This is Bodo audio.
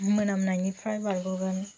मोनामनायनिफ्राय बारग'गोन